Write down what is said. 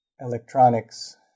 Electronics